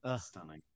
Stunning